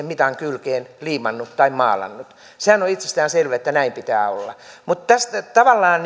mitan kylkeen liimannut tai maalannut sehän on itsestään selvää että näin pitää olla mutta tavallaan